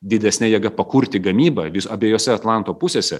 didesne jėga pakurti gamybą vis abiejose atlanto pusėse